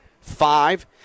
Five